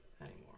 anymore